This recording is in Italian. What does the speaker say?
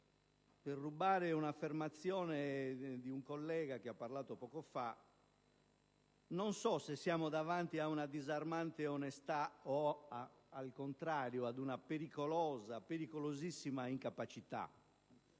Per rubare l'affermazione di un collega che ha parlato poco fa, non so se siamo di fronte ad una disarmante onestà o, al contrario, ad una pericolosa, pericolosissima incapacità,